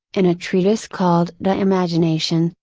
in a treatise called de imaginatione,